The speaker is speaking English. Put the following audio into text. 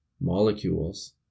molecules